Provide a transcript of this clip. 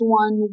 one